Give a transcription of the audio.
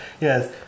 Yes